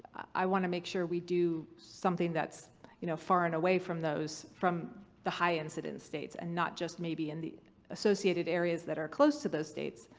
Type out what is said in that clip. i want to make sure we do something that's you know far and away from those, from the high incidence states and not just maybe in the associated areas that are close to those states.